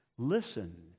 Listen